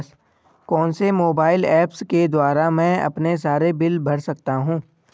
कौनसे mobile apps के द्वारा मैं अपने सारे बिल भर सकता हूं?